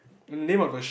the name of the shop